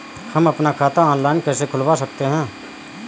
हम अपना खाता ऑनलाइन कैसे खुलवा सकते हैं?